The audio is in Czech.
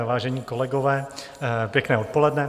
Vážení kolegové, pěkné odpoledne.